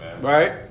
Right